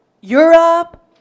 Europe